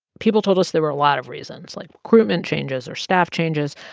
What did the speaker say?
people told us there were a lot of reasons, like crewman changes or staff changes.